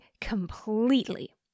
completely